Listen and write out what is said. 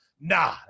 nah